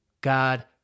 God